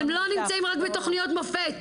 הם לא נמצאים רק בתוכניות מופת.